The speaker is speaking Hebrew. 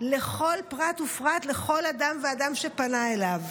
לכל פרט ופרט, לכל אדם ואדם שפנה אליו?